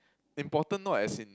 important not as in